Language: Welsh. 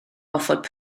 gorfod